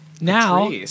Now